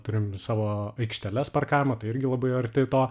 turim savo aikšteles parkavimo tai irgi labai arti to